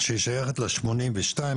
שהיא שייכת ל-82%?